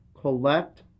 collect